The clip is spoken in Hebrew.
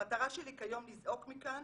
המטרה שלי כיום לזעוק מכאן